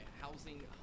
housing